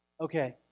okay